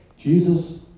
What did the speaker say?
Jesus